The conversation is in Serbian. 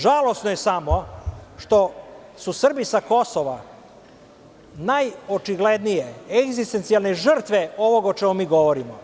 Žalosno je samo što su Srbi sa Kosova najočiglednije egzistencionalne žrtve ovog o čemu mi govorimo.